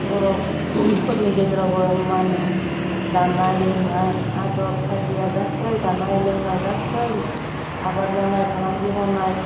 बर' फोरनि गेजेरावबो मा होनो दानाय लुनाय आदब खायदाया गासै जानाय लोंनाय गासै आबाद मावनाय फालांगि मावनाय